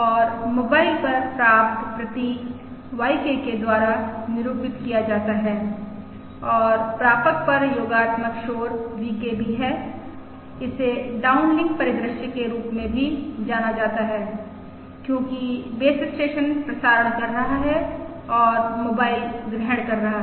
और मोबाइल पर प्राप्त प्रतीक YK के द्वारा निरूपित किया जाता है और प्रापक पर योगात्मक शोर VK भी है इसे डाउनलिंक परिदृश्य के रूप में जाना जाता है क्योंकि बेस स्टेशन प्रसारण कर रहा है और मोबाइल ग्रहण कर रहा है